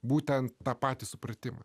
būtent tą patį supratimą